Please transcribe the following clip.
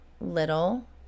little